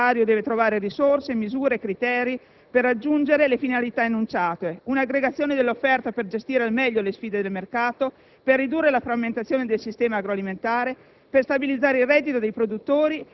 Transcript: di fatto si penalizza un settore che, al contrario, deve trovare risorse, misure, criteri per raggiungere le finalità enunciate: un'aggregazione dell'offerta per gestire al meglio le sfide del mercato e per ridurre la frammentazione del sistema agroalimentare;